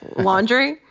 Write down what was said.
laundry?